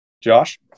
Josh